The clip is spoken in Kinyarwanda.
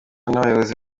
n’abayobozi